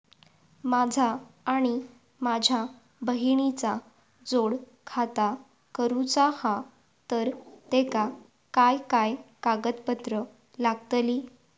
माझा आणि माझ्या बहिणीचा जोड खाता करूचा हा तर तेका काय काय कागदपत्र लागतली?